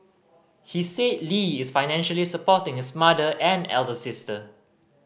he said Lee is financially supporting his mother and elder sister